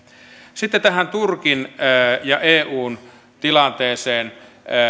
sitten tähän turkin ja eun tilanteeseen